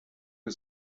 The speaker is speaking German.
der